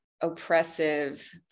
oppressive